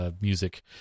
music